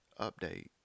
update